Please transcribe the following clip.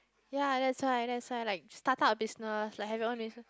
ya that's why that's why like start of business like having own business